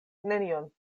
nenion